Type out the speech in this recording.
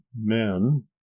men